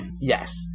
yes